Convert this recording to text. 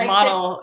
Model